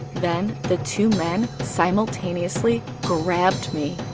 then the two men simultaneously grabbed me!